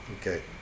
okay